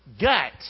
gut